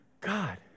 God